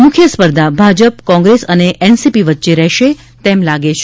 મુખ્ય સ્પર્ધા ભાજપ કોંગ્રેસ અને એનસીપી વચ્ચે તે રહેશે તેમ લાગે છે